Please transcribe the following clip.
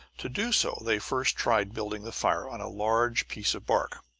to do so they first tried building the fire on a large piece of bark.